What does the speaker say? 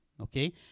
okay